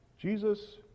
Jesus